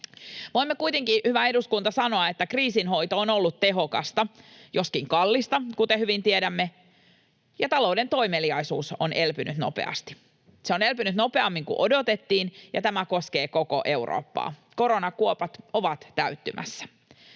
Voimme kuitenkin, hyvä eduskunta, sanoa, että kriisinhoito on ollut tehokasta, joskin kallista, kuten hyvin tiedämme, ja talouden toimeliaisuus on elpynyt nopeasti. Se on elpynyt nopeammin kuin odotettiin, ja tämä koskee koko Eurooppaa. Koronakuopat ovat täyttymässä.